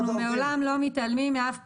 אנחנו לעולם לא מתעלמים מאף פנייה.